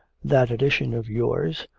that addition of yours,